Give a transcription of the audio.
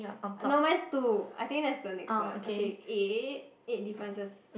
no mine is two I think that's the next one okay eight eight differences